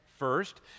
First